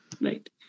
Right